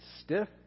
stiff